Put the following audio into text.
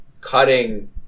cutting